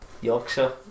Yorkshire